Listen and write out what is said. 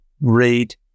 read